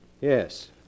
Yes